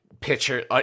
pitcher